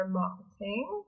marketing